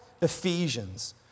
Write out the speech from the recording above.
Ephesians